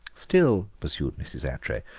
still, pursued mrs. attray,